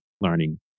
learning